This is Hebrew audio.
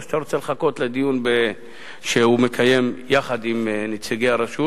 או שאתה רוצה לחכות לדיון שהוא מקיים יחד עם נציגי הרשות